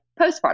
postpartum